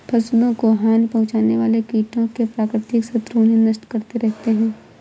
फसलों को हानि पहुँचाने वाले कीटों के प्राकृतिक शत्रु उन्हें नष्ट करते रहते हैं